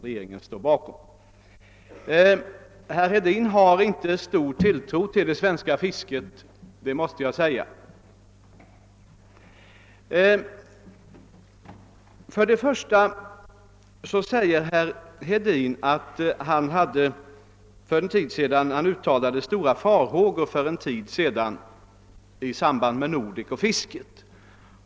Regeringen står bakom svaren. Jag måste säga att herr Hedin inte tycks ha stor tilltro till det svenska fisket. Herr Hedin sade att han för en tid sedan uttalade stora farhågor för fisket i samband med Nordekförhandlingarna.